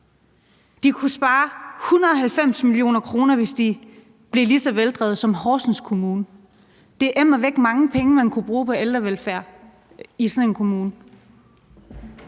De kunne spare 190 mio. kr., hvis de blev lige så veldrevet som Horsens Kommune. Det er immer væk mange penge, man kunne bruge på ældrevelfærd i sådan en kommune.